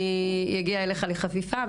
אני אגיע אליך לחפיפה.